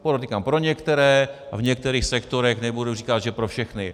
Podotýkám pro některé a v některých sektorech, nebudu říkat, že pro všechny.